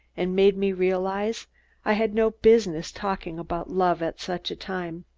and made me realize i had no business talking about love at such a time.